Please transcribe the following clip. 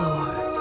Lord